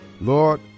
Lord